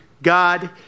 God